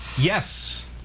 Yes